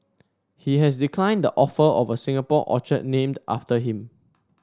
he has declined the offer of a Singapore orchid named after him